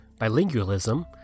bilingualism